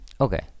Okay